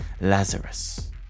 Lazarus